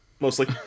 mostly